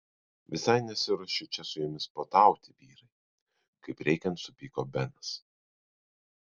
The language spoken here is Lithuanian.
visai nesiruošiu čia su jumis puotauti vyrai kaip reikiant supyko benas